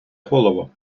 голово